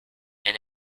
and